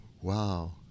wow